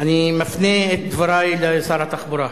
אני מפנה את דברי לשר התחבורה.